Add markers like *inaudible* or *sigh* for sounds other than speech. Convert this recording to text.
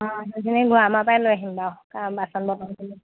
*unintelligible*